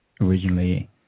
originally